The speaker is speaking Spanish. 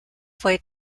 fue